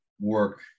work